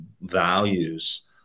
values